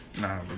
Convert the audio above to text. Nah